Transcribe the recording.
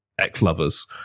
ex-lovers